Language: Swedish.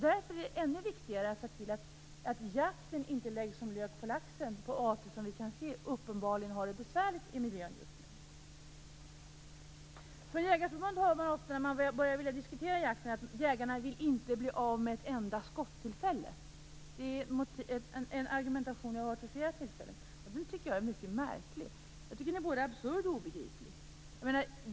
Därför är det ännu viktigare att se till att jakten inte läggs som lök på laxen på de arter som vi kan se uppenbarligen har det besvärligt i miljön just nu. Från Jägareförbundet hör man ofta när man vill börja diskutera jakten att jägarna inte vill bli av med ett enda skottillfälle. Det är en argumentation som jag har hört vid flera tillfällen. Det är en mycket märklig argumentation, och den är både absurd och obegriplig.